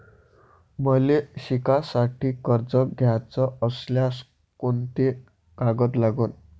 मले शिकासाठी कर्ज घ्याचं असल्यास कोंते कागद लागन?